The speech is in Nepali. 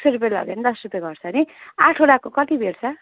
एक सय रुप्पे लाग्यो भने दस रुप्पे घट्छ पनि आठवटाको कति भेट्छ